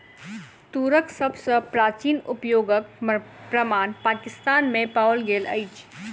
तूरक सभ सॅ प्राचीन उपयोगक प्रमाण पाकिस्तान में पाओल गेल अछि